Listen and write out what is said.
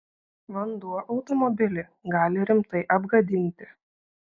vanduo automobilį gali rimtai apgadinti